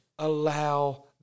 allow